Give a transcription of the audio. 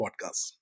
Podcast